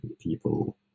people